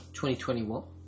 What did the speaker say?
2021